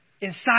inside